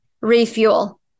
refuel